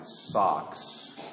socks